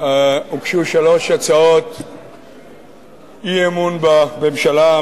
הוגשו שלוש הצעות אי-אמון בממשלה,